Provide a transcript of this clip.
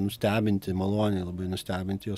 nustebinti maloniai labai nustebinti jos